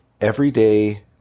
everyday